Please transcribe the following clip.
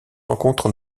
rencontre